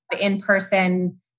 in-person